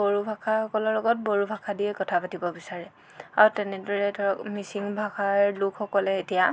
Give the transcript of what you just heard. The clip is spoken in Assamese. বড়ো ভাষাসকলৰ লগত বড়ো ভাষাৰেদিয়ে কথা পাতিব বিচাৰে আৰু তেনেদৰে ধৰক মিচিং ভাষাৰ লোকসকলে এতিয়া